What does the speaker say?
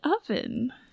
oven